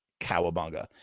cowabunga